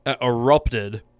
erupted